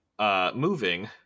moving